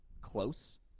close